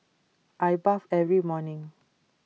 I bathe every morning